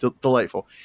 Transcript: delightful